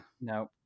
No